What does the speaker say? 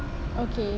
okay